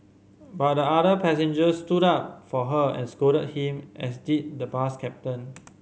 but other passengers stood up for her and scolded him as did the bus captain